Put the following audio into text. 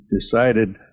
decided